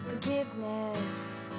Forgiveness